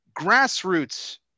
Grassroots